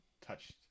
touched